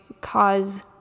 cause